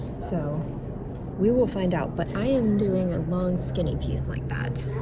so we will find out but i am doing a long skinny piece like that.